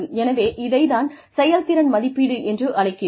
எனவே இதைத் தான் செயல்திறன் மதிப்பீடு என்று அழைக்கிறோம்